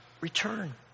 Return